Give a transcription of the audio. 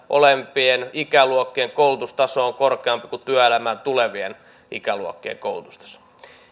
olevien ikäluokkien koulutustaso on korkeampi kuin työelämään tulevien ikäluokkien koulutustaso